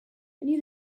knew